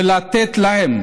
ולתת להם